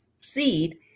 seed